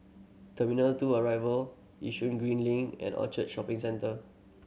two Arrival Yishun Green Link and Orchard Shopping Centre